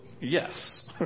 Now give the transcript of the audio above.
yes